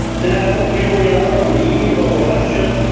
now here we are on the eve of election,